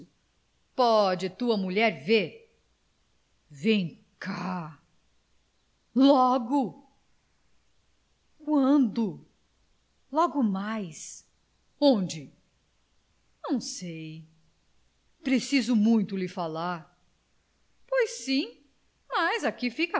pode tua mulher ver vem cá logo quando logo mais onde não sei preciso muito te falar pois sim mas aqui fica